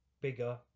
bigger